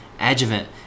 adjuvant